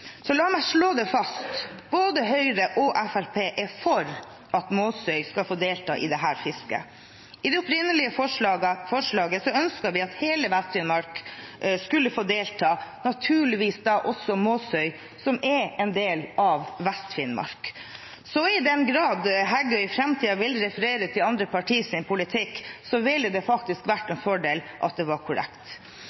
Så la meg slå det fast: Både Høyre og Fremskrittspartiet er for at Måsøy skal få delta i dette fisket. I det opprinnelige forslaget ønsket vi at hele Vest-Finnmark skulle få delta – naturligvis da også Måsøy, som er en del av Vest-Finnmark. I den grad Heggø i framtiden vil referere til andre partiers politikk, ville det faktisk vært